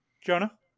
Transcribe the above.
Jonah